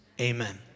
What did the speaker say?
Amen